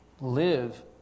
live